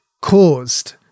caused